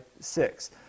six